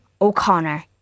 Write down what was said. O'Connor